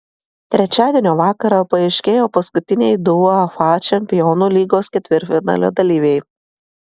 trečiadienio vakarą paaiškėjo paskutiniai du uefa čempionų lygos ketvirtfinalio dalyviai